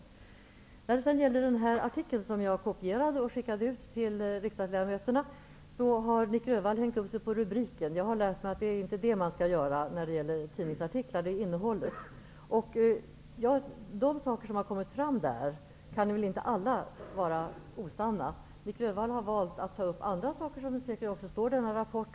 Nic Grönvall har hängt upp sig på rubriken till den artikel som jag kopierat och skickat ut till riksdagens ledamöter. Det är emellertid inte rubriken utan innehållet som är det viktiga. Allt som sägs i artikeln kan väl inte vara osant. Nic Grönvall har valt att ta upp andra saker som står i denna rapport.